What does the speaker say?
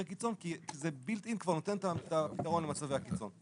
קיצון כי זה כבר מובנה ונותן את הפתרון למצבי הקיצון.